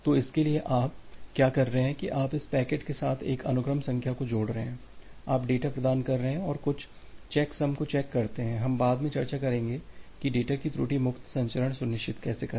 तो इसके लिए आप क्या कर रहे हैं कि आप इस पैकेट के साथ एक अनुक्रम संख्या को जोड़ रहे हैं आप डेटा प्रदान कर रहे हैं और कुछ चेकसम को चेक करते हैं हम बाद में चर्चा करेंगे कि डेटा की त्रुटि मुक्त संचरण सुनिश्चित करें